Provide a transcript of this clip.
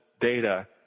data